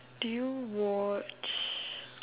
do you watch